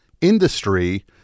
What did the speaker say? industry